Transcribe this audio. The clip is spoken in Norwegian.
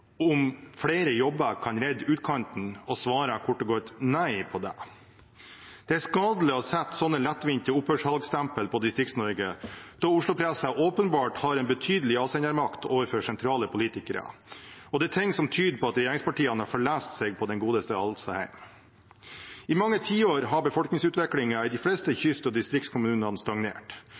om flere jobber kan redde utkanten, og svarte kort og godt nei på dette. Det er skadelig å sette sånne lettvinte opphørssalgsstempler på Distrikts-Norge, da Oslo-pressen åpenbart har en betydelig avsendermakt overfor sentrale politikere. Det er ting som tyder på at regjeringspartiene har forlest seg på den godeste Alstadheim. I mange tiår har befolkningsutviklingen i de fleste kyst- og distriktskommunene stagnert.